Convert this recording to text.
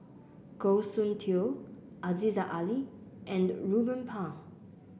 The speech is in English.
Goh Soon Tioe Aziza Ali and Ruben Pang